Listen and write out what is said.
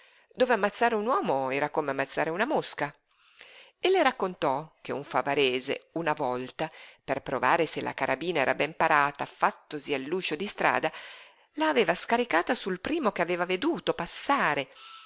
dove ammazzare un uomo era come ammazzare una mosca e le raccontò che un favarese una volta per provare se la carabina era ben parata fattosi all'uscio di strada la aveva scaricata sul primo che aveva veduto passare